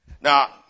Now